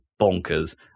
bonkers